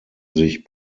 sich